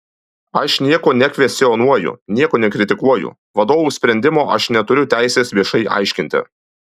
aš nieko nekvestionuoju nieko nekritikuoju vadovų sprendimo aš neturiu teisės viešai aiškinti